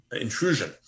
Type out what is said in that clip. intrusion